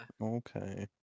Okay